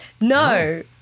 No